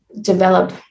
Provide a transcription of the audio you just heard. develop